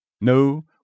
No